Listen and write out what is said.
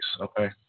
okay